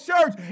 church